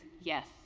Yes